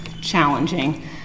challenging